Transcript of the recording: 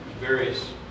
various